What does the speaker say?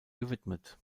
gewidmet